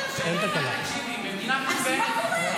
אז הינה,